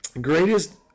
Greatest